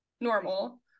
normal